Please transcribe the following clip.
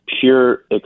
pure